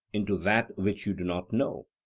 into that which you do not know?